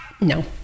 No